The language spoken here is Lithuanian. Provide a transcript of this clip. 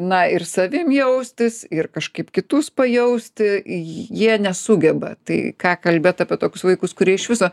na ir savim jaustis ir kažkaip kitus pajausti jie nesugeba tai ką kalbėt apie tokius vaikus kurie iš viso